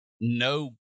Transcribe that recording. No